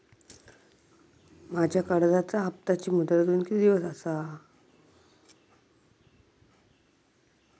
माझ्या कर्जाचा हप्ताची मुदत अजून किती दिवस असा?